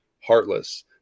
heartless